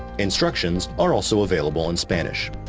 instructions are also available in spanish.